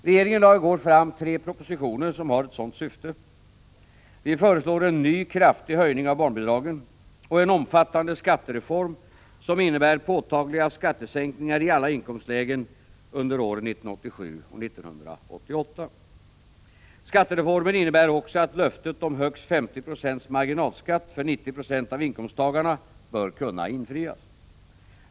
Regeringen lade i går fram tre propositioner som har ett sådant syfte. Vi föreslår en ny, kraftig höjning av barnbidragen och en omfattande skattereform, som innebär påtagliga skattesänkningar i alla inkomstlägen under åren 1987 och 1988. Skattereformen innebär också att löftet om högst 50 96 marginalskatt för 90 26 av inkomsttagarna bör kunna infrias.